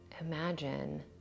Imagine